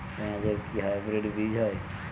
পেঁয়াজ এর কি হাইব্রিড বীজ হয়?